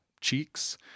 cheeks